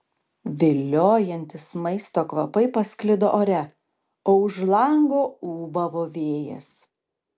viliojantys maisto kvapai pasklido ore o už lango ūbavo vėjas